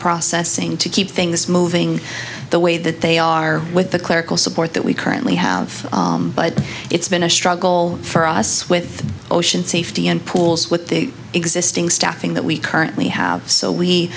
processing to keep things moving the way that they are with the clerical support that we currently have but it's been a struggle for us with ocean safety and pools with the existing staffing that we currently